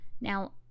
Now